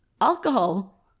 alcohol